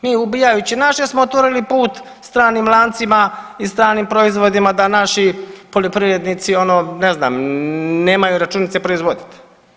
Mi ubijajući naše smo otvorili put stranim lancima i stranim proizvodima da naši poljoprivrednici ono ne znam nemaju računice proizvodit.